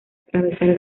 atravesar